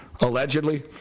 Allegedly